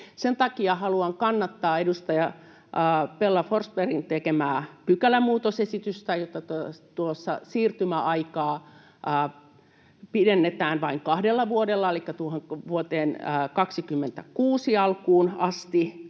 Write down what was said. Sen takia haluan kannattaa edustaja Bella Forsgrénin tekemää pykälämuutosesitystä, jotta siirtymäaikaa pidennetään vain kahdella vuodella elikkä vuoden 26 alkuun asti,